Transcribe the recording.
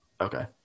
Okay